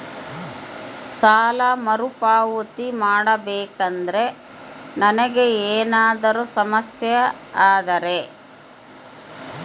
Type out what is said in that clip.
ಸಾಲ ಮರುಪಾವತಿ ಮಾಡಬೇಕಂದ್ರ ನನಗೆ ಏನಾದರೂ ಸಮಸ್ಯೆ ಆದರೆ?